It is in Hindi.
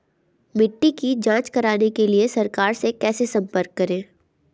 मिट्टी की जांच कराने के लिए सरकार से कैसे संपर्क करें?